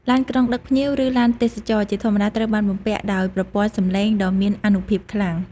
ឡានក្រុងដឹកភ្ញៀវ ឬឡានទេសចរណ៍ជាធម្មតាត្រូវបានបំពាក់ដោយប្រព័ន្ធសម្លេងដ៏មានអនុភាពខ្លាំង។